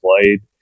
played